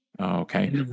Okay